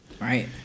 Right